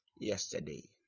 yesterday